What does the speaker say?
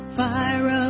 fire